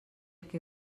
que